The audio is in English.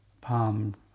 palm